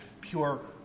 pure